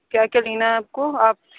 کیا کیا لینا ہے آپ کو آپ